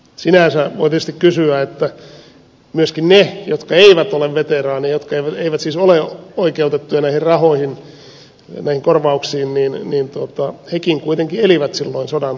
sinänsä voi tietysti todeta että myöskin ne jotka eivät ole veteraaneja ja jotka eivät siis ole oikeutettuja näihin rahoihin näihin korvauksiin kuitenkin elivät silloin sodan aikaan